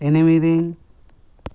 ఎనిమిది